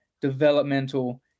developmental